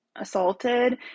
assaulted